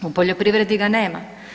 U poljoprivredi ga nema.